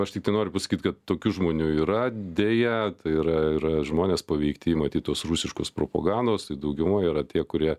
aš tiktai noriu pasakyt kad tokių žmonių yra deja tai yra yra žmonės paveikti matyt tos rusiškos propagandos tai dauguma yra tie kurie